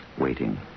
Waiting